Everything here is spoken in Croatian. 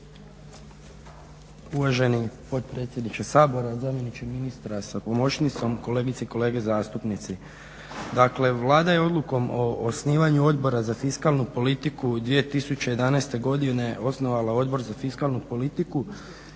Uvaženi potpredsjedniče Sabora, zamjeniče ministra sa pomoćnicom, kolegice i kolege zastupnici. Dakle, Vlada je odlukom o osnivanju Odbora za fiskalnu politiku 2011. godine osnovala Odbor za fiskalnu politiku